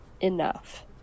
enough